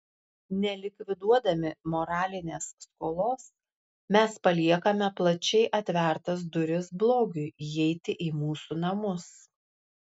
nelikviduodami moralinės skolos mes paliekame plačiai atvertas duris blogiui įeiti į mūsų namus